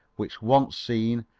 which once seen,